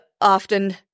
often